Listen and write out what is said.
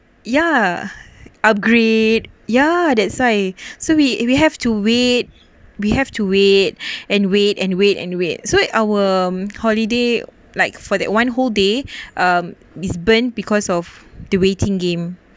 ya upgrade ya that's why so we we have to wait we have to wait and wait and wait and wait so our holiday like for that one whole day uh is burn because of the waiting game